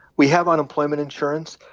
we have unemployment insurance,